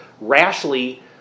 rashly